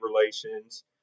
relations